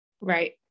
Right